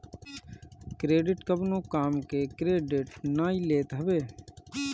credit कवनो काम के क्रेडिट नाइ लेत हवे